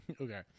Okay